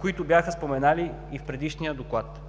които бяха споменати и в предишния доклад.